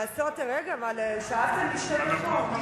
רגע, שאבתם לי שתי דקות.